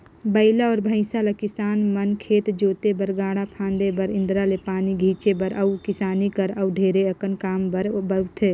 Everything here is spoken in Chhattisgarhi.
बइला अउ भंइसा ल किसान मन खेत जोते बर, गाड़ा फांदे बर, इन्दारा ले पानी घींचे बर अउ किसानी कर अउ ढेरे अकन काम बर बउरथे